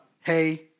hey